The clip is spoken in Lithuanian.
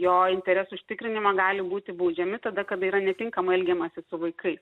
jo interesų užtikrinimą gali būti baudžiami tada kada yra netinkamai elgiamasi su vaikais